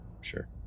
Sure